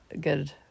good